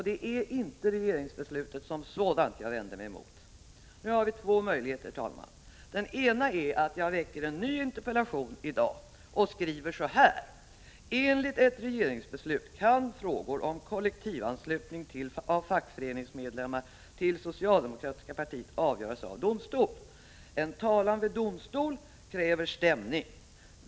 Det är inte regeringsbeslutet som sådant jag vänder mig emot. Nu har vi, herr talman, två möjligheter. Den ena är att jag väcker en ny interpellation i dag och skriver så här. ”Enligt ett regeringsbeslut kan frågor om kollektivanslutning av fackföreningsmedlemmar till det socialdemokratiska partiet avgöras av domstol. En talan vid domstol kräver stämning.